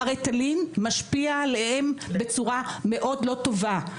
הריטלין משפיע עליהם בצורה מאוד לא טובה,